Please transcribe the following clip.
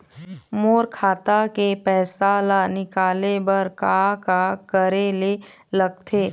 मोर खाता के पैसा ला निकाले बर का का करे ले लगथे?